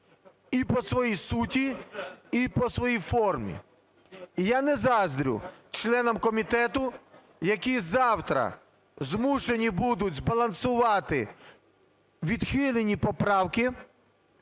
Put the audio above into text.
і по своїй суті, і по своїй формі. І я не заздрю членам комітету, які завтра змушені будуть збалансувати відхилені поправки